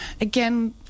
Again